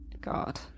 God